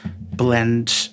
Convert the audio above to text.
blend